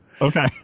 Okay